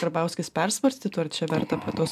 karbauskis persvarstytų ar čia verta prie tos